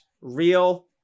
Real